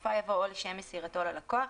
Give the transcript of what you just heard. בסופה יבוא "או לשם מסירתו ללקוח".